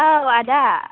औ आदा